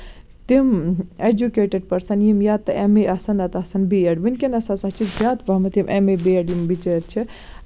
تِم educated person یِم یا تہِ ایم اے آسان یا تہِ آسان بی ایٚڈ ؤنکیٚنَس ہسا چھِ زیادٕ پَہم یِم ایم اے بی ایٚڈ یِم بِچٲرۍ چھِ